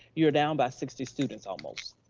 you're down by sixty students almost.